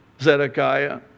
Zedekiah